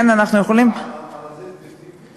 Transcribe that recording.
על זה ספציפי?